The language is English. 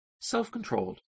self-controlled